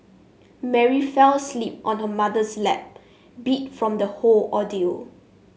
Mary fell asleep on her mother's lap beat from the whole ordeal